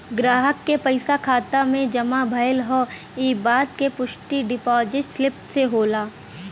ग्राहक क पइसा खाता में जमा भयल हौ इ बात क पुष्टि डिपाजिट स्लिप से होला